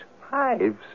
Hives